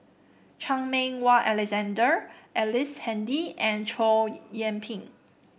Chan Meng Wah Alexander Ellice Handy and Chow Yian Ping